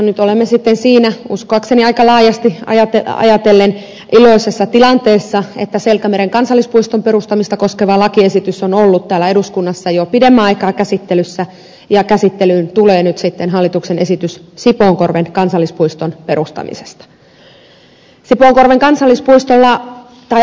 nyt olemme sitten siinä uskoakseni aika laajasti ajatellen iloisessa tilanteessa että selkämeren kansallispuiston perustamista koskeva lakiesitys on ollut täällä eduskunnassa jo pidemmän aikaa käsittelyssä ja käsittelyyn tulee nyt sitten hallituksen esitys sipoonkorven kansallispuiston perustamisesta